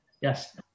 Yes